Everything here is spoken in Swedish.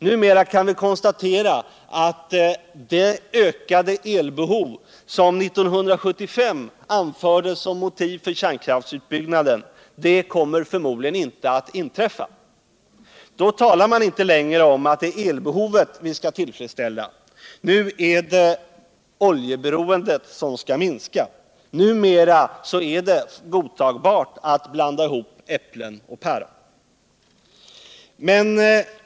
Numera kan vi konstatera att det ökade elbehov som 1975 anfördes som ett motiv för en kärnkraftsutbyggnad förmodligen inte kommer att föreligga. Då talar man inte längre om att det är elbehovet man skall tillfredsställa. Nu är det oljeberoendet som skall minska. Numera är det godtagbart att blanda ihop äppien och päron.